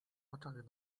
oczach